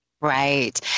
Right